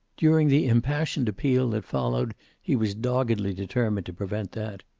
during the impassioned appeal that followed he was doggedly determined to prevent that.